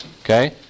Okay